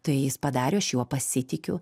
tai jis padarė aš juo pasitikiu